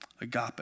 Agape